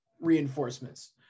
reinforcements